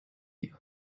you